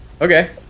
Okay